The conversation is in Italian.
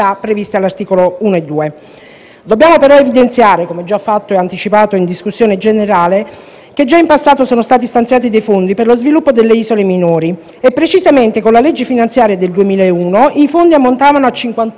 Dobbiamo però evidenziare, come già anticipato in discussione generale, che già in passato sono stati stanziati dei fondi per lo sviluppo delle isole minori e precisamente con la legge finanziaria del 2001 i fondi ammontavano a 51,6 milioni di euro